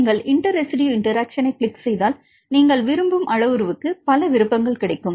நீங்கள் inter residue இன்டெராக்ஷன்ஐப் click செய்தால் நீங்கள் விரும்பும் அளவுருவுக்கு பல விருப்பங்கள் கிடைக்கும்